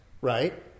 right